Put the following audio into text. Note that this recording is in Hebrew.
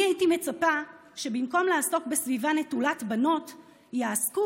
אני הייתי מצפה שבמקום לעסוק בסביבה נטולת בנות יעסקו